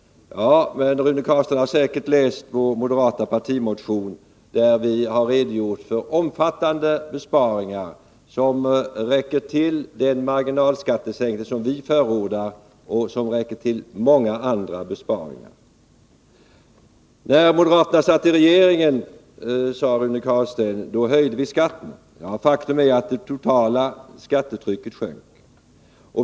Men han har säkert läst vår moderata partimotion, där vi har redogjort för omfattande besparingar som räcker till den marginalskattesänkning som vi förordar och till många andra ting. När moderaterna satt i regeringen, sade Rune Carlstein, höjde de skatten. Faktum är att det totala skattetrycket sjönk.